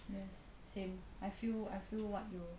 yes same I feel I feel what